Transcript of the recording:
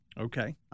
Okay